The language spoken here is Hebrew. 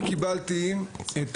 אני קיבלתי את